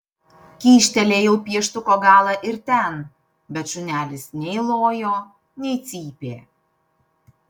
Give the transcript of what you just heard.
kyštelėjau pieštuko galą ir ten bet šunelis nei lojo nei cypė